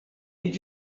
did